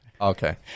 Okay